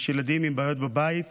יש ילדים עם בעיות בבית.